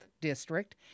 district